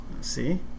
see